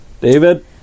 David